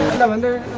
lavender